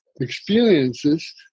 experiences